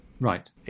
Right